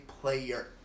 player